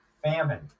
Famine